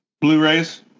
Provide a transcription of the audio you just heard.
Blu-rays